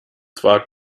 zwar